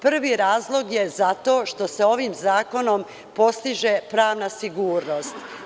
Prvi razlog je zato što se ovim zakonom postiže pravna sigurnost.